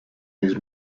his